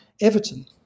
Everton